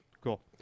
Cool